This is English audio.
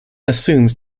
assumes